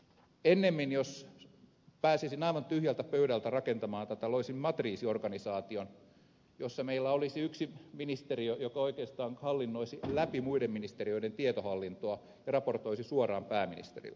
ennemmin jos pääsisin aivan tyhjältä pöydältä rakentamaan tätä loisin matriisiorganisaation jossa meillä olisi yksi ministeriö joka oikeastaan hallinnoisi läpi muiden ministeriöiden tietohallintoa ja raportoisi suoraan pääministerille